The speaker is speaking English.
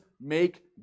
make